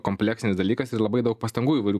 kompleksinis dalykas ir labai daug pastangų įvairių